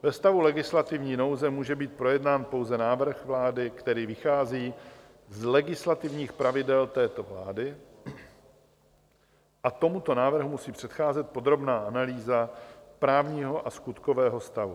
Ve stavu legislativní nouze může být projednán pouze návrh vlády, který vychází z legislativních pravidel této vlády, a tomuto návrhu musí předcházet podrobná analýza právního a skutkového stavu.